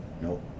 Nope